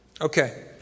Okay